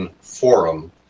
Forum